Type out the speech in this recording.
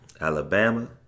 Alabama